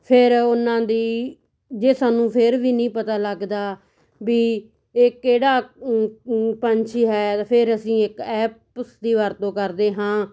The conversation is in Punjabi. ਫਿਰ ਉਨ੍ਹਾਂ ਦੀ ਜੇ ਸਾਨੂੰ ਫਿਰ ਵੀ ਨਹੀਂ ਪਤਾ ਲੱਗਦਾ ਵੀ ਇਹ ਕਿਹੜਾ ਪੰਛੀ ਹੈ ਅਤੇ ਫਿਰ ਅਸੀਂ ਇੱਕ ਐਪ ਦੀ ਵਰਤੋ ਕਰਦੇ ਹਾਂ